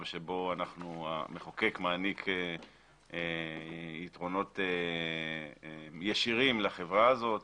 שבו המחוקק מעניק יתרונות ישירים לחברה הזאת,